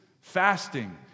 fasting